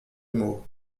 mots